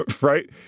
right